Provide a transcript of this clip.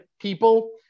people